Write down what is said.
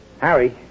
Harry